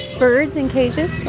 birds in cages oh,